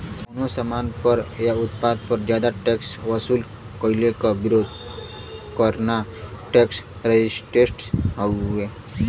कउनो सामान पर या उत्पाद पर जादा टैक्स वसूल कइले क विरोध करना टैक्स रेजिस्टेंस हउवे